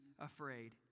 afraid